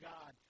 God